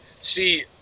see